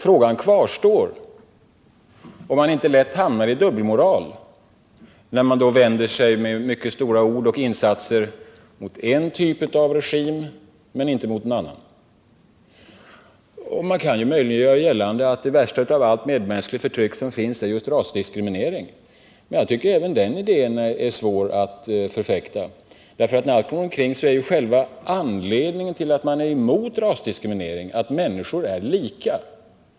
Frågan kvarstår om man inte lätt hamnar i dubbelmoral när man med stora ord och insatser vänder sig mot en typ av regim men inte mot en annan. Man kan möjligen göra gällande att det värsta av allt medmänskligt förtryck som finns är just rasdiskriminering. Men jag tycker också den idén är svår att förfäkta. När allt kommer omkring är själva anledningen till att man är emot rasdiskriminering att människor är lika.